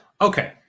Okay